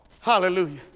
Hallelujah